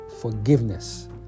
Forgiveness